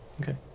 Okay